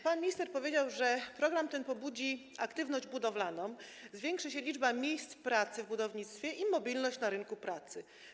Pan minister powiedział, że program ten pobudzi aktywność budowlaną, że zwiększy się liczba miejsc pracy w budownictwie i mobilność na rynku pracy.